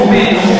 רובי,